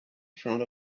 front